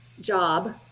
job